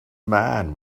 man